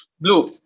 Blue